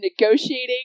negotiating